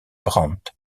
brandt